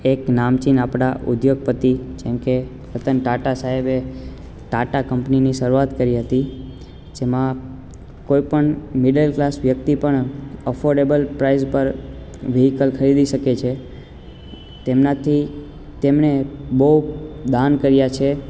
એક નામચીન આપણા ઉદ્યોગપતિ જેમકે રતન ટાટા સાહેબે ટાટા કંપનીની શરૂઆત કરી હતી જેમાં કોઈ પણ મિડલ ક્લાસ વ્યક્તિ પણ અફોડેબલ પ્રાઈજ પર વ્હીકલ ખરીદી શકે છે તેમનાથી તેમણે બહુ દાન કર્યા છે